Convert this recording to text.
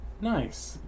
nice